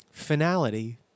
finality